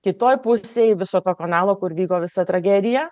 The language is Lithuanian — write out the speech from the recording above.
kitoj pusėj viso to kanalo kur vyko visa tragedija